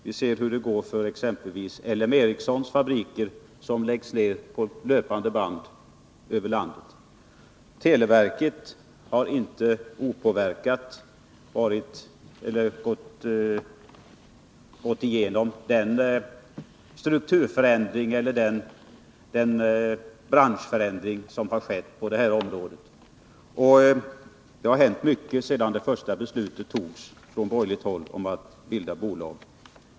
Vi ser hur det går för exempelvis L M Ericssons fabriker, som läggs ner på löpande band över hela landet. Televerket har inte opåverkat gått igenom den branschförändring som har skett på det här området. Det har hänt mycket sedan det första beslutet om att bilda bolag togs på borgerligt håll.